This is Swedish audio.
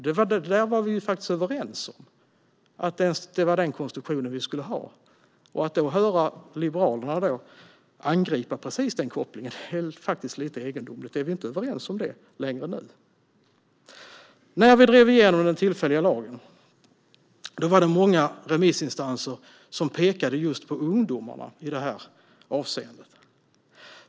Detta var vi ju överens om; det var den konstruktion vi skulle ha. Att då höra Liberalerna angripa just denna koppling känns lite egendomligt. Är vi inte längre överens om detta? När vi drev igenom den tillfälliga lagen var det många remissinstanser som pekade just på ungdomarna i detta avseende.